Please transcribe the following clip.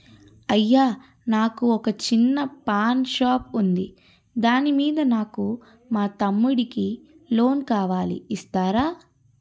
అయ్యా నాకు వొక చిన్న పాన్ షాప్ ఉంది దాని మీద నాకు మా తమ్ముడి కి లోన్ కావాలి ఇస్తారా?